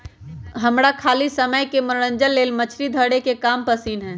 हमरा खाली समय में मनोरंजन लेल मछरी धरे के काम पसिन्न हय